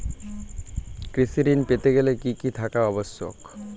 কৃষি ঋণ পেতে গেলে কি কি থাকা আবশ্যক?